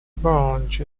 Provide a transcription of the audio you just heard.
branch